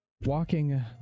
Walking